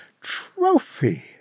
trophy